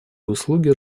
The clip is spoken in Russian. услуги